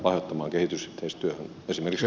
arvoisa herra puhemies